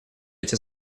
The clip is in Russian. эти